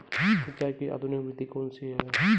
सिंचाई की आधुनिक विधि कौनसी हैं?